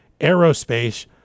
aerospace